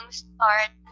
start